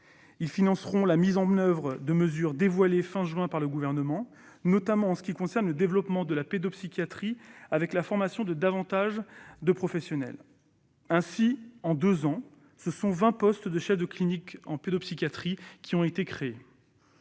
Ils financeront la mise en oeuvre des mesures dévoilées fin juin par le Gouvernement, notamment en ce qui concerne le développement de la pédopsychiatrie, avec la formation de davantage de professionnels. Ainsi, en deux ans, ce sont vingt postes de chef de clinique en pédopsychiatrie qui ont été créés.